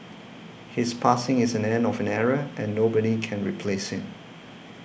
his passing is an end of an era and nobody can replace him